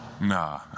Nah